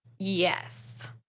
Yes